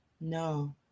No